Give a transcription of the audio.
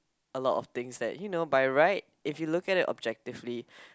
a lot of things that you know by right if you look at it objectively